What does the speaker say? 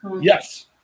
Yes